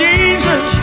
Jesus